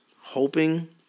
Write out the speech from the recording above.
hoping